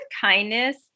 kindness